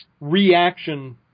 reaction